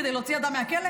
כדי להוציא אדם מהכלא?